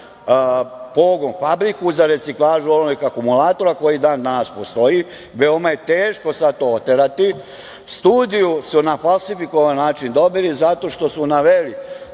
pogon, fabriku za reciklažu olovnih akumulatora koja i dan danas postoji. Veoma je teško sada to oterati. Studiju su na falsifikovan način dobili zato što su naveli